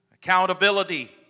Accountability